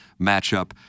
matchup